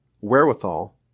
wherewithal